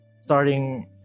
starting